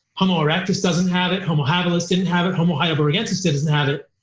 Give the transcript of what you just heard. homo erectus doesn't have it. homo habilis didn't have it. homo heidelbergensis doesn't have it.